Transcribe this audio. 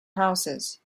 houses